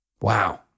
wow